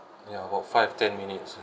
ya about five ten minutes